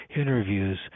interviews